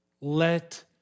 let